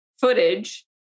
footage